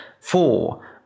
four